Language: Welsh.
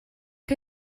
chi